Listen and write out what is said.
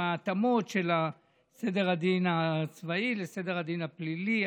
ההתאמות של סדר הדין הצבאי לסדר הדין הפלילי,